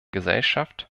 gesellschaft